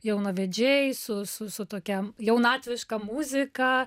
jaunavedžiai su su su tokia jaunatviška muzika